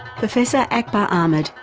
professor akbar ahmed,